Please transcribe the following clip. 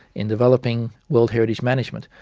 in developing world heritage management.